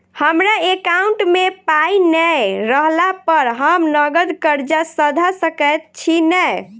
हमरा एकाउंट मे पाई नै रहला पर हम नगद कर्जा सधा सकैत छी नै?